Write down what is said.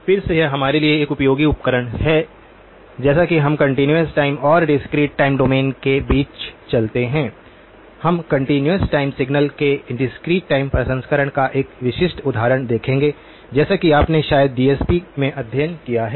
फिर से यह हमारे लिए एक उपयोगी उपकरण है जैसा कि हम कंटीन्यूअस टाइम और डिस्क्रीट टाइम डोमेन के बीच चलते हैं हम कंटीन्यूअस टाइम सिग्नल्स के डिस्क्रीट टाइम प्रसंस्करण का एक विशिष्ट उदाहरण देखेंगे जैसा कि आपने शायद डीएसपी में अध्ययन किया है